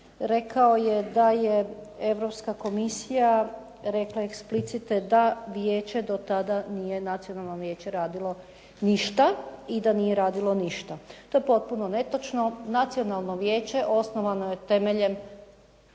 rekao je da je Europska komisija rekla eksplicite da vijeće do tada nije, nije Nacionalno vijeće radilo ništa i da nije radilo ništa. To je potpuno netočno. Nacionalno vijeće osnovano je temeljem